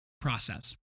process